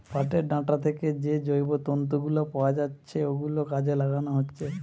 পাটের ডাঁটা থিকে যে জৈব তন্তু গুলো পাওয়া যাচ্ছে ওগুলো কাজে লাগানো হচ্ছে